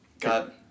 got